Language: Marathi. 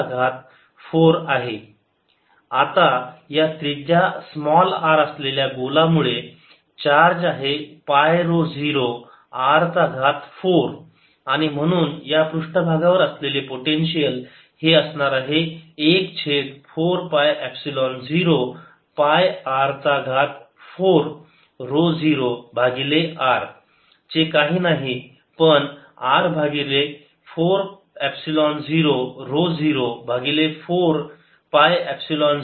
r0r qr0r4πr2dr0r4π00rr3drπ0r4 Qπ0r4 आता या त्रिज्या स्मॉल r असलेल्या गोला मुळे चार्ज आहे पाय ऱ्हो 0 r चा घात 4 आणि म्हणून या पृष्ठभागावर असलेले पोटेन्शियल हे असणार आहे 1 छेद 4 पाय एपसिलोन 0 पाय r चा घात 4 ऱ्हो 0 भागिले r जे काही नाही पण r भागिले 4 एपसिलोन 0 ऱ्हो 0 भागिले 4 पाय एपसिलोन 0 r चा घन